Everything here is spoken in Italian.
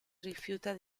rifiuta